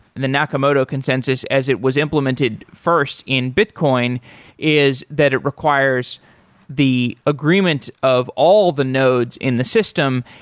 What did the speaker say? the nakamoto consensus as it was implemented first in bitcoin is that it requires the agreement of all the nodes in the system,